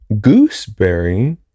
gooseberry